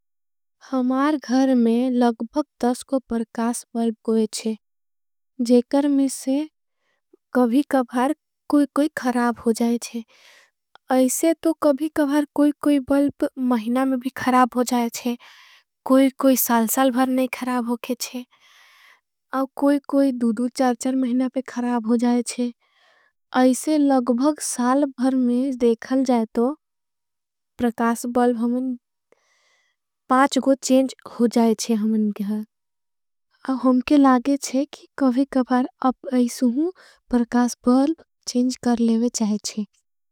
हमार घर में लगबख दस को परकास बल्ब होये छे जेकर। में से कभी कभार कोई कोई खराब हो जाये छे ऐसे तो। कभी कभार कोई कोई बल्ब महिना में भी खराब हो जाये। छे कोई कोई साल साल भर नहीं खराब होके छे कोई। कोई दुदु चार चार महिना पे खराब हो जाये छे ऐसे लगबख। साल भर में देखल जाये तो परकास बल्ब हमार पाँच को। चेंज हो जाये छे हमार घर हमके लागे छे कभी कभार आप। ऐसे हूँ परकास बल्ब चेंज कर लेवे चाये छे।